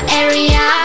area